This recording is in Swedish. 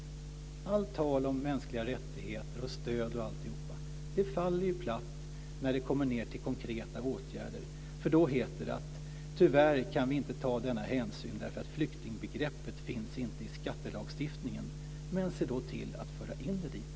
Allt tal om mänskliga rättigheter, stöd osv., faller platt när det kommer ned till konkreta åtgärder. Då heter det att vi tyvärr inte kan ta denna hänsyn därför att flyktingbegreppet inte finns i skattelagstiftningen. Men se då till att föra in det dit.